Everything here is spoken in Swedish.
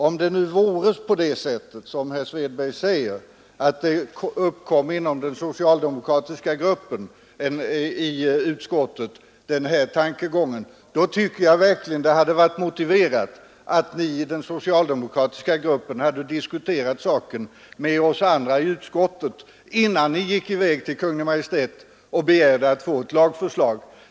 Om det vore på det sättet som herr Svedberg säger, att de här tankegångarna uppkom inom den socialdemokratiska gruppen, hade det verkligen varit motiverat att den socialdemokratiska gruppen diskuterat saken med oss andra i utskottet innan ni gick till Kungl. Maj:t och begärde ett lagförslag.